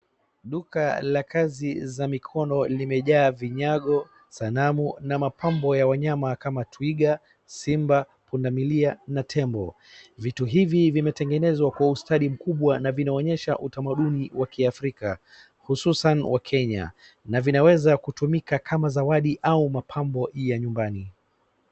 Duka la kazi za mikono limejaa vinyago, sanamu na mapambo ya wanyama kama twiga, simba, pundamilia na tembo. Vitu hizi vimetengenezwa kwa ustadi mkubwa na vinaonyesha utamanduni wa kiafrika hususan wakenya na vinaweza kutumika kama zawadi au mapambo ya nyumbani.